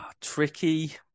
tricky